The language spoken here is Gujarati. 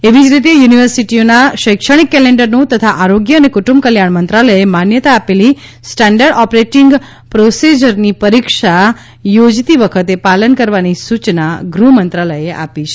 એવી જ રીતે યુનિવર્સિટીઓના શૈક્ષણિક કેલેન્ડરનું તથા આરોગ્ય અને કુટુંબ કલ્યાણ મંત્રાલયે માન્યતા આપેલી સ્ટેન્ડર્ડ ઓપરેટીંગ પ્રોસીજરનું પરીક્ષા યોજતી વખતે પાલન કરવાની સૂચના ગૃહમંત્રાલયે આપી છે